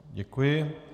Děkuji.